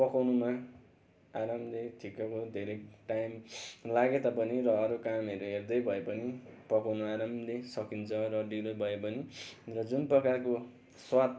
पकाउनुमा आनन्दै ठिक्कको धेरै टाइम लागे तापनि र अरू कामहरू हेर्दै भए पनि पकाउनु आरामले सकिन्छ र ढिलो भए पनि र जुन प्रकारको स्वाद